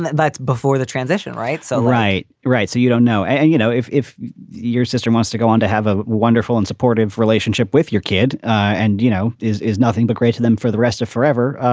that's before the transition. right? so. right. right. so you don't know. and you know, if if your sister wants to go on to have a wonderful and supportive relationship with your kid and, you know, is is nothing but great to them for the rest of forever.